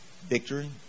Victory